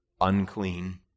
unclean